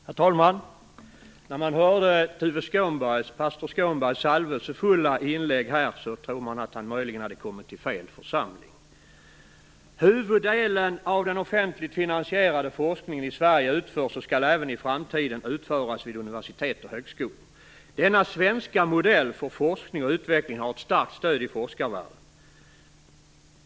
Herr talman! När man hör pastor Tuve Skånbergs salvelsefulla inlägg tror man att han möjligen har kommit till fel församling. Huvuddelen av den offentligt finansierade forskningen i Sverige utförs och skall även i framtiden utföras vid universitet och högskolor. Denna svenska modell för forskning och utveckling har ett starkt stöd i forskarvärlden.